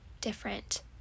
different